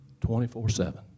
24-7